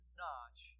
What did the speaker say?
notch